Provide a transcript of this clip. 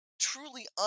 truly